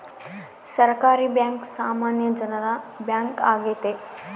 ಸಹಕಾರಿ ಬ್ಯಾಂಕ್ ಸಾಮಾನ್ಯ ಜನರ ಬ್ಯಾಂಕ್ ಆಗೈತೆ